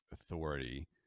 authority